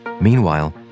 Meanwhile